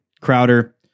Crowder